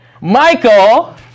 Michael